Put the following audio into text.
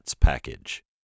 package